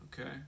Okay